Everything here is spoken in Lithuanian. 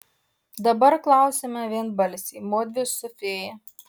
dabar klausiame vienbalsiai mudvi su fėja